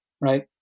right